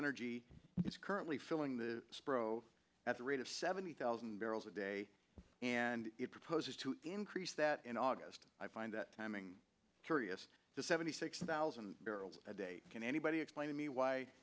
energy is currently filling the spro at the rate of seventy thousand barrels a day and it proposes to increase that in august i find that timing curious to seventy six thousand barrels a day can anybody explain to me why